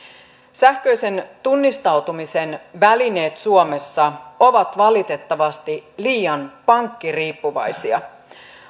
sähköisen tunnistautumisen välineet suomessa ovat valitettavasti liian pankkiriippuvaisia